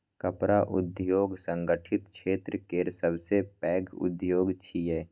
कपड़ा उद्योग संगठित क्षेत्र केर सबसं पैघ उद्योग छियै